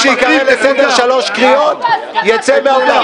שייקרא לסדר שלוש קריאות ייצא מהאולם.